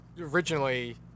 originally